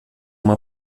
uma